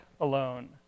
alone